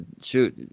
shoot